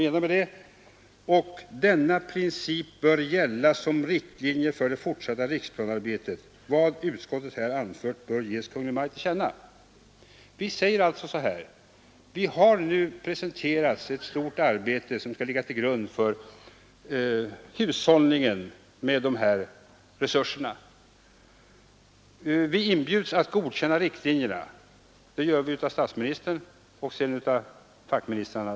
Vi säger vidare att denna princip bör gälla som riktlinje för det fortsatta riksplaneringsarbetet och att vad utskottet här anfört bör ges Kungl. Maj:t till känna. Vi säger att det nu har presenterats ett stort arbete som skall ligga till grund för hushållningen med dessa resurser. Vi inbjudes av statsministern och därefter av fackministrarna att godkänna riktlinjerna.